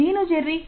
ನೀನು ಜೆರ್ರಿ